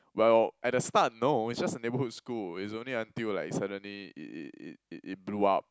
well at the start no is just a neighbourhood school is only until like suddenly it it it it blew up